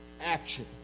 action